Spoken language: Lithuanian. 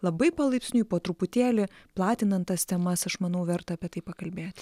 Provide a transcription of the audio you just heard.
labai palaipsniui po truputėlį platinant tas temas aš manau verta apie tai pakalbėti